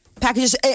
Packages